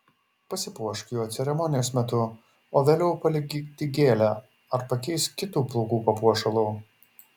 pasipuošk juo ceremonijos metu o vėliau palik tik gėlę ar pakeisk kitu plaukų papuošalu